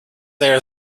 there